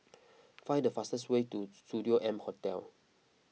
find the fastest way to Studio M Hotel